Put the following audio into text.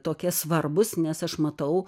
tokie svarbūs nes aš matau